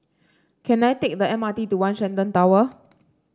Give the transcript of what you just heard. can I take the M R T to One Shenton Tower